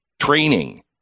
training